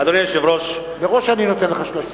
אדוני היושב-ראש, מראש אני נותן לך 13 דקות.